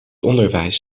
onderwijs